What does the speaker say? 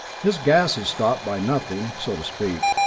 his gas is stopped by nothing, so to speak,